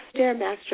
StairMaster